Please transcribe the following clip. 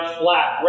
flat